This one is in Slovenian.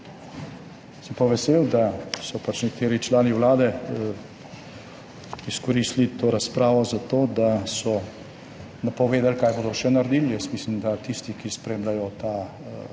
Sem pa vesel, da so nekateri člani vlade izkoristili to razpravo za to, da so napovedali, kaj bodo še naredili. Jaz mislim, da tisti, ki spremljajo to razpravo